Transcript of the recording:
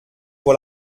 pour